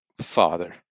father